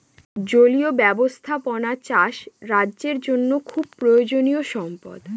জলীয় ব্যাবস্থাপনা চাষ রাজ্যের জন্য খুব প্রয়োজনীয়ো সম্পদ